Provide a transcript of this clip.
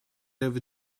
over